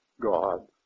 God